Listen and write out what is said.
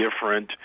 different